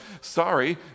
sorry